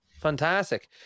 Fantastic